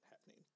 happening